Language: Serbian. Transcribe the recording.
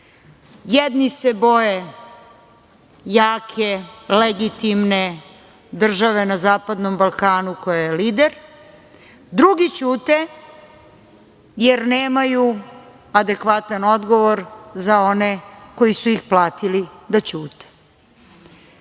Jedni se boje jake, legitimne države na zapadnom Balkanu koja je lider. Drugi ćute, jer nemaju adekvatan odgovor za one koji su ih platili da